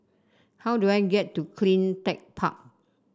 how do I get to CleanTech Park